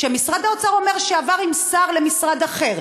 שמשרד האוצר אומר שעבר עם שר למשרד אחר,